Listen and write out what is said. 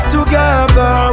Together